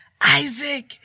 Isaac